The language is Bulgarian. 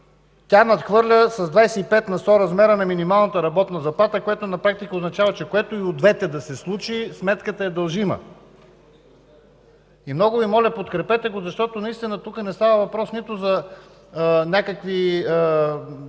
тя надхвърля с 25 на сто размера на минималната работна заплата, което на практика означава, че което и от двете да се случи, сметката е дължима. Много Ви моля, подкрепете го, защото тук не става въпрос за някакви